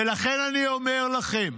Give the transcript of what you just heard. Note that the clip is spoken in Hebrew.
ולכן אני אומר לכם,